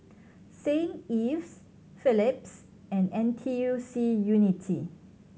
Saint Ives Phillips and N T U C Unity